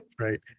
Right